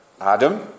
Adam